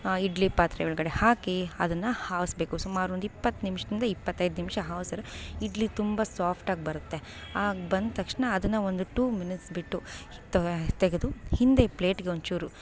ಆ ಇಡ್ಲಿ ಪಾತ್ರೆಯೊಳಗಡೆ ಹಾಕಿ ಅದನ್ನು ಆವಿಸ್ಬೇಕು ಸುಮಾರೊಂದು ಇಪ್ಪತ್ತು ನಿಮ್ಷದಿಂದ ಇಪ್ಪತ್ತೈದು ನಿಮಿಷ ಆವ್ಸ್ರೆ ಇಡ್ಲಿ ತುಂಬ ಸಾಫ್ಟಾಗಿ ಬರುತ್ತೆ ಹಾಗೆ ಬಂದ ತಕ್ಷಣ ಅದನ್ನು ಒಂದು ಟೂ ಮಿನಿಟ್ಸ್ ಬಿಟ್ಟು ತೆಗೆದು ಹಿಂದೆ ಪ್ಲೇಟಿಗೆ ಒಂದ್ಚೂರು